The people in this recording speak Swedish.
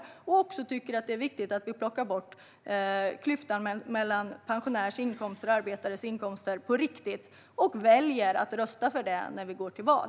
Jag hoppas också att folk tycker att det är viktigt att vi plockar bort klyftan mellan pensionärers inkomster och arbetares inkomster på riktigt, och väljer att rösta för detta när vi går till val.